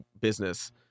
business